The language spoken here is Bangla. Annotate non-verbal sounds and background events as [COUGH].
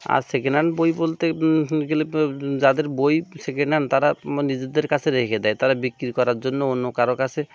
আর সেকেন্ড হ্যান্ড বই বলতে [UNINTELLIGIBLE] যাদের বই সেকেন্ড হ্যান্ড তারা নিজেদের কাছে রেখে দেয় তারা বিক্রি করার জন্য অন্য কারো কাছে